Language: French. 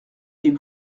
des